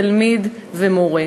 תלמיד ומורה,